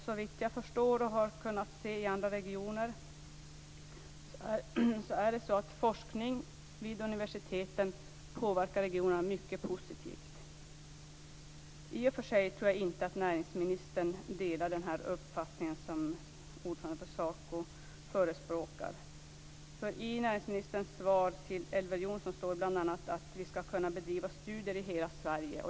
Såvitt jag förstår och har kunnat se i andra regioner påverkar forskning vid universiteten regionerna mycket positivt. I och för sig tror jag inte att näringsministern delar den uppfattning som ordföranden för SACO förespråkar, för i näringsministerns svar till Elver Jonsson står det bl.a. att vi skall kunna bedriva studier i hela Sverige.